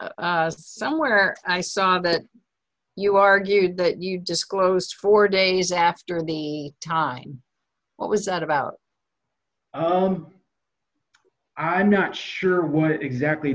nd somewhere i saw that you argued that you disclosed four days after the time what was that about i'm not sure what exactly